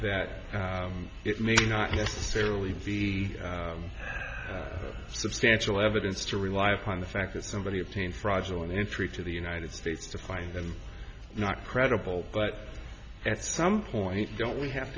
that it may not necessarily be substantial evidence to rely upon the fact that somebody obtained fraudulent entry to the united states to find them not credible but at some point don't we have